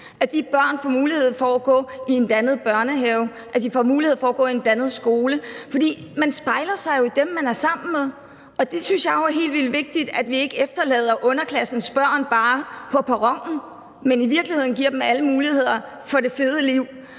at de børn får mulighed for at gå i en blandet børnehave, at de får mulighed for at gå i en blandet skole, for man spejler sig jo i dem, man er sammen med. Jeg synes jo, at det er helt vildt vigtigt, at vi ikke efterlader underklassens børn på perronen, men i virkeligheden giver dem alle muligheder for det fede liv.